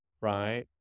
right